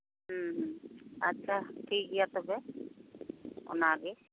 ᱦᱩᱸ ᱦᱩᱸ ᱟᱪᱪᱷᱟ ᱴᱷᱤᱠᱜᱮᱭᱟ ᱛᱚᱵᱮ ᱚᱱᱟᱜᱮ